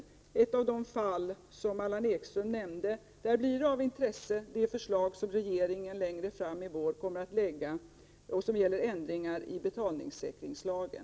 I ett av de fall som Allan Ekström nämnde blir de förslag som regeringen längre fram i vår kommer att lägga av intresse. Förslaget gäller ändringar i betalningssäkringslagen.